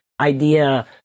idea